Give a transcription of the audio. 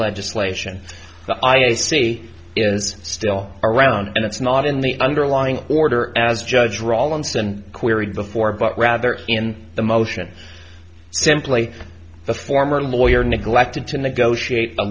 legislation i see is still around and it's not in the underlying order as judge rawlinson queried before but rather in the motion simply the former lawyer neglected to negotiate a